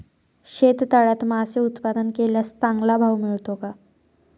शेततळ्यात मासे उत्पादन केल्यास चांगला भाव मिळतो का?